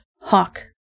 Hawk